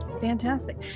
Fantastic